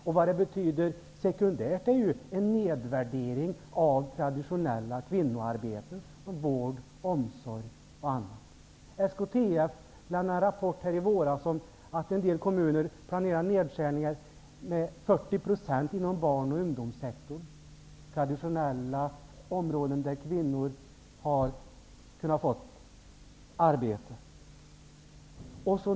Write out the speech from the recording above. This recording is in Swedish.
Sekundärt betyder detta en nedvärdering av traditionella kvinnoarbeten såsom vård och omsorg. SKTF avlämnade en rapport i våras om att en del kommuner planerar nedskärningar med traditionella områden där kvinnor har kunnat få arbete.